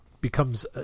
becomes